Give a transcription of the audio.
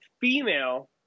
female